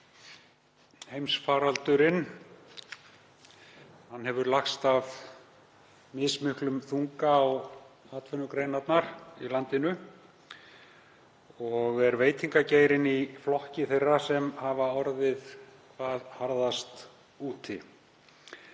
Heimsfaraldurinn hefur lagst af mismiklum þunga á atvinnugreinarnar í landinu og er veitingageirinn í flokki þeirra sem hafa orðið hvað harðast úti.